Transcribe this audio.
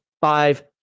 five